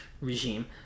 regime